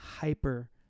hyper